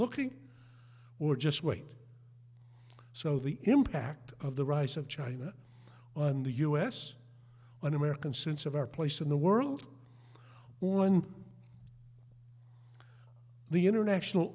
looking or just wait so the impact of the rise of china and the u s on american sense of our place in the world one the international